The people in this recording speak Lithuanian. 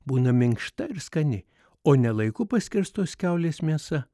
būna minkšta ir skani o ne laiku paskerstos kiaulės mėsa